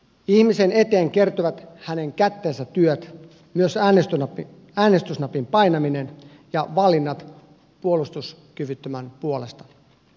ihmisen eteen kiertyvät hänen kättensä työt myös äänestysnapin painaminen ja valinnat puolustuskyvyttömän puolesta